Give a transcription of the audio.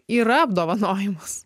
yra apdovanojimas